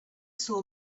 saw